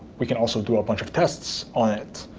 we can also do a bunch of tests on it.